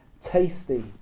tasty